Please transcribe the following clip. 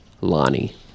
Lonnie